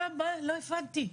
להגביה.